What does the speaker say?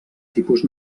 tipus